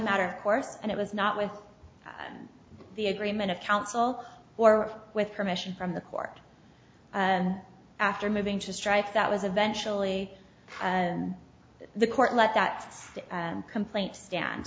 matter of course and it was not with the agreement of counsel or with permission from the court and after moving to strike that was eventually and the court let that complaint stand